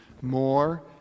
more